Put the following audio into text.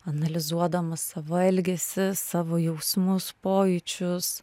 analizuodama savo elgesį savo jausmus pojūčius